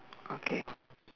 okay